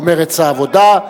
או מרצ העבודה,